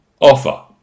offer